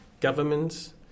governments